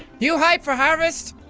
you hyped for harfest?